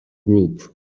group